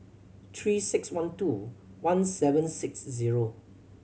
Three Six One two one seven six zero